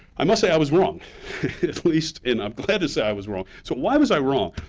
i must say, i was wrong. at least and i'm glad to say i was wrong. so why was i wrong?